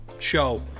show